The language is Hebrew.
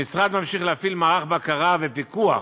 המשרד ממשיך להפעיל מערך בקרה ופיקוח